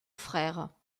frère